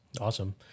Awesome